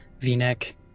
V-neck